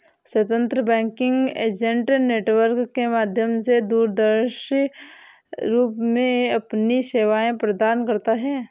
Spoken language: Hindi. स्वतंत्र बैंकिंग एजेंट नेटवर्क के माध्यम से दूरस्थ रूप से अपनी सेवाएं प्रदान करता है